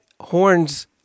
horns